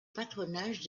patronage